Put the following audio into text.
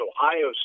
Ohio